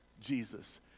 Jesus